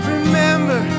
Remember